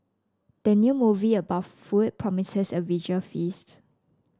the new movie about food promises a visual feast